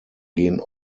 gehen